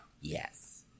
yes